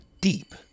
deep